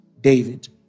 David